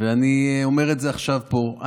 ואני אומר את זה עכשיו פה.